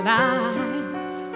life